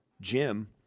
Jim